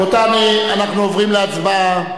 רבותי, אנחנו עוברים להצבעה.